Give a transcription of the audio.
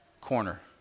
corner